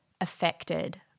affected